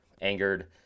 angered